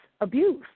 abuse